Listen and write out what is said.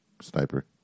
Sniper